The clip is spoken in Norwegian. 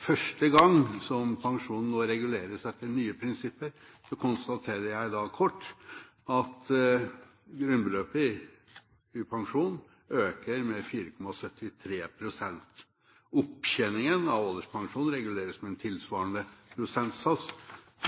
Første gang pensjonen nå reguleres etter nye prinsipper, konstaterer jeg kort at grunnbeløpet øker med 4,73 pst. Opptjeningen av alderspensjonen reguleres med tilsvarende prosentsats,